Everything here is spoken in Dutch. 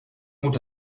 moet